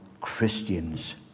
Christians